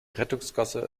rettungsgasse